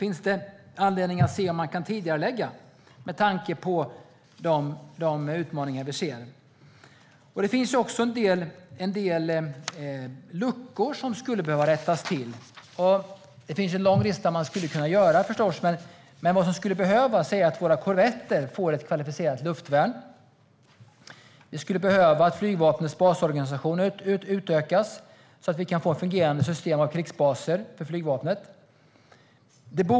Finns det anledning att se om de kan tidigareläggas, med tanke på de utmaningar vi ser? Det finns också en del luckor som skulle behöva fyllas, och man skulle förstås kunna göra en lång lista. Men vad som skulle behövas är att våra korvetter får ett kvalificerat luftvärn. Flygvapnets basorganisation skulle behöva utökas, så att vi kan få ett fungerande system av krigsbaser för flygvapnet.